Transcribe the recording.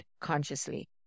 consciously